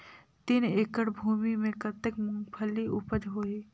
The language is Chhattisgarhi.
तीन एकड़ भूमि मे कतेक मुंगफली उपज होही?